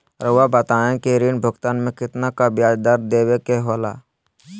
रहुआ बताइं कि ऋण भुगतान में कितना का ब्याज दर देवें के होला?